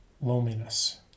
loneliness